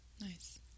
nice